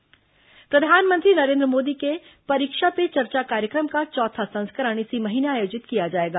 परीक्षा पे चर्चा प्रधानमंत्री नरेन्द्र मोदी के परीक्षा पे चर्चा कार्यक्रम का चौथा संस्करण इसी महीने आयोजित किया जाएगा